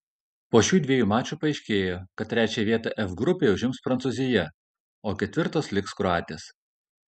po šių dviejų mačų paaiškėjo kad trečią vietą f grupėje užims prancūzija o ketvirtos liks kroatės